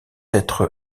être